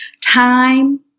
Time